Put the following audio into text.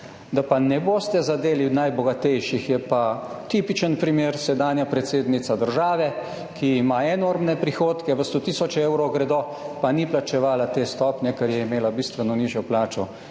Da ne boste zadeli najbogatejših, je pa tipičen primer sedanja predsednica države, ki ima enormne prihodke v 100 tisoč evrov gredo, pa ni plačevala te stopnje, ker je imela bistveno nižjo plačo,